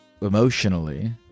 ...emotionally